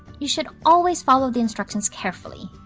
you should always follow the instructions carefully.